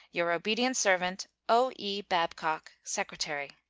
your obedient servant, o e. babcock, secretary.